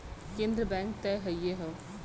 केन्द्र बैंक त हइए हौ